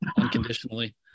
unconditionally